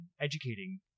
educating